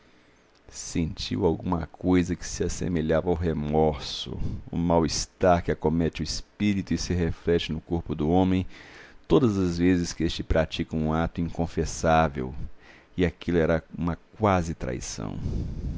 sentiu alguma coisa que se assemelhava ao remorso o mal-estar que acomete o espírito e se reflete no corpo do homem todas as vezes que este pratica um ato inconfessável e aquilo era uma quase traição